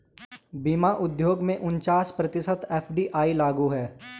बीमा उद्योग में उनचास प्रतिशत एफ.डी.आई लागू है